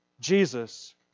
Jesus